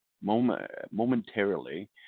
Momentarily